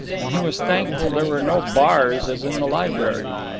and he was thankful there were no bars as in the library.